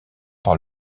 par